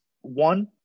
One